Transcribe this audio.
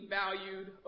valued